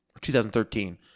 2013